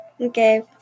Okay